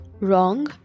wrong